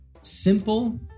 simple